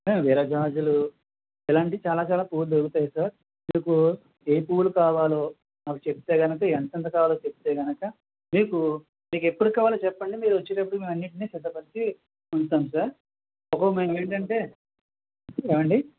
విరజాజులు ఇలాంటివి చాలా చాలా పూలు దొరుకుతాయి సార్ మీకు ఏ పూలు కావాలో మాకు చెప్తే గనక ఎంత ఎంత కావాలో చెప్తే గనక మీకు మీకు ఎప్పటికి కావాలో చెప్పండి మీరు వచ్చేటప్పటికి మేము అన్నిటిని సిద్ధపరచి ఉంచుతాం సార్ మేము ఏంటంటే ఏమండీ